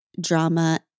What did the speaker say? drama